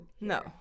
No